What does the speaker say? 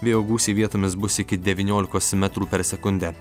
vėjo gūsiai vietomis bus iki devyniolikos metrų per sekundę